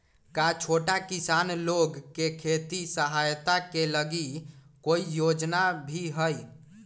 का छोटा किसान लोग के खेती सहायता के लगी कोई योजना भी हई?